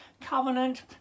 covenant